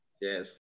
Yes